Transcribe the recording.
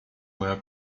moja